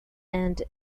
and